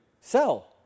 Sell